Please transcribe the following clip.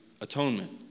atonement